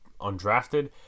undrafted